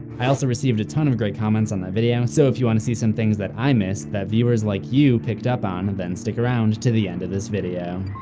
i also received a ton of great comments on that video, so if you want see some things i missed that viewers like you picked up on, and then stick around to the end of this video.